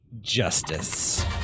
justice